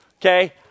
Okay